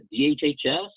DHHS